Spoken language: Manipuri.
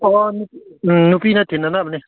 ꯑꯣ ꯎꯝ ꯅꯨꯄꯤꯗ ꯊꯤꯟꯅꯅꯕꯅꯦ